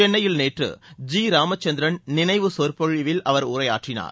சென்னையில் நேற்று ஜி ராமச்சந்திரன் நினைவு சொற்பொழிவில் அவர் உரையாற்றினார்